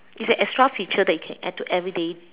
it's an extra feature that you can add to everyday